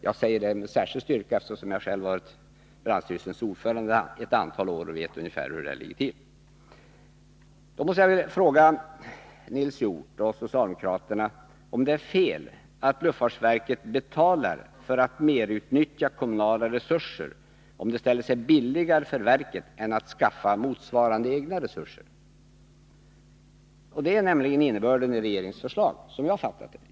Jag säger detta med särskild styrka, eftersom jag själv varit brandstyrelsens ordförande i ett antal år och vet ungefär hur detta ligger till. Jag skulle då vilja fråga Nils Hjorth och socialdemokraterna om det är fel att luftfartsverket betalar för att merutnyttja kommunala resurser, om det ställer sig billigare för verket än att skapa motsvarande egna resurser. Det är nämligen innebörden av regeringsförslaget, som jag har fattat det.